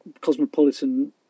cosmopolitan